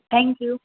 thank you